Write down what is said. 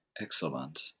Excellent